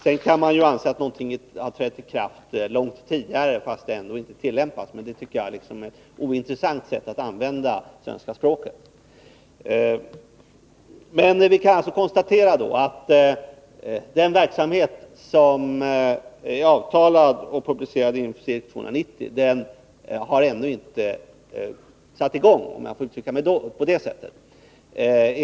Sedan kan man anse att någonting har trätt i kraft långt tidigare trots att det inte tillämpats. Det tycker jag är ett ointressant sätt att använda svenska språket. Vi kan konstatera att den verksamhet som är avtalad och publicerad i Infceirk 290 ännu inte satts i gång enligt detta avtal, om jag får uttrycka mig på detta sätt.